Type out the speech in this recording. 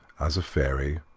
as a fairy,